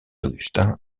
augustin